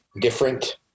different